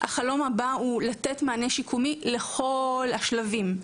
החלום הבא הוא לתת מענה שיקומי לכל השלבים,